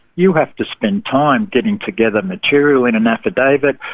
you have to spend time getting together material in an affidavit,